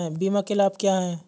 बीमा के लाभ क्या हैं?